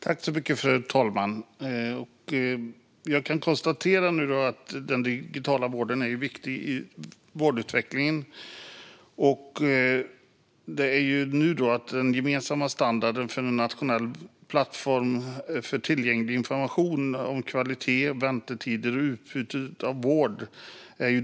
Fru talman! Jag kan konstatera att den digitala vården är viktig i vårdutvecklingen. Det som är på gång är en gemensam standard för en nationell plattform för tillgänglig information om kvalitet, väntetider och utbudet av vård.